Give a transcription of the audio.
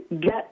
get